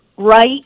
right